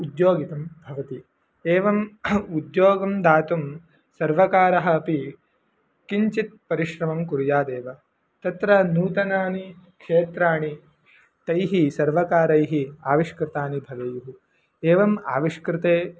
उद्योगितं भवति एवम् उद्योगं दातुं सर्वकारः अपि किञ्चित् परिश्रमं कुर्यादेव तत्र नूतनानि क्षेत्राणि तैः सर्वकारैः आविष्कृतानि भवेयुः एवम् आविष्कृते